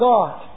God